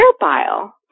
bile